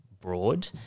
broad